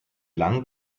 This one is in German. lang